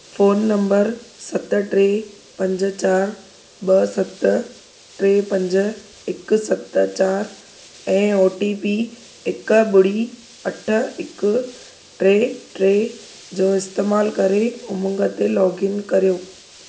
phone number सत टे पंज चारि ॿ सत टे पंज हिक सत चारि ऐं ओ टी पी हिक ॿुड़ी अठ हिक टे टे जो इस्तेमालु करे उमंग ते लोगइन करियो